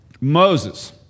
Moses